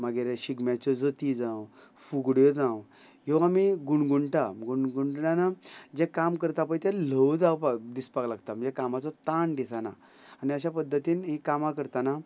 मागीर शिगम्याच्यो जती जावं फुगड्यो जावं ह्यो आमी गुणगुणटा गुणगुणटाना जे काम करता पळय तें ल्हव जावपाक दिसपाक लागता म्हणजे कामाचो ताण दिसना आनी अश्या पद्दतीन ही कामां करतना